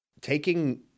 Taking